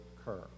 occur